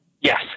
Yes